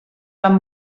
van